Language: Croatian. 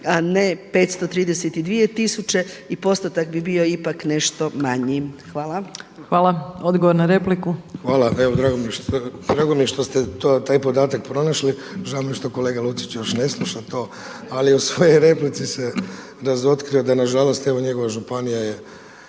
a ne 532 tisuće i postotak bi bio ipak nešto manji. Hvala. **Opačić, Milanka (SDP)** Hvala. Odgovor na repliku. **Babić, Vedran (SDP)** Hvala. Evo drago mi je što ste taj podatak pronašli. Žao mi je što kolega Lucić još ne sluša to. Ali u svojoj replici se razotkrio da na žalost evo njegova županija je